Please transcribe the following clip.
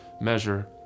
measure